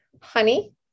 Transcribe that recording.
honey